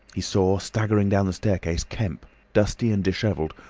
he saw, staggering down the staircase, kemp, dusty and disheveled,